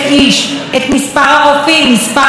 את הצפיפות בבתי החולים,